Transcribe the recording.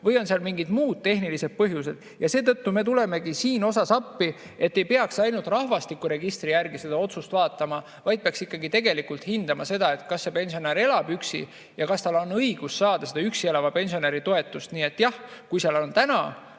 või on seal mingid muud tehnilised põhjused. Seetõttu me tulemegi siin appi, et ei peaks ainult rahvastikuregistri järgi seda otsust vaatama, vaid peaks ikkagi tegelikult hindama seda, kas see pensionär elab üksi ja kas tal on õigus saada üksi elava pensionäri toetust. Nii et jah, kui seal on täna